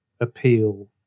appeal